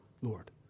Lord